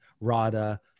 rada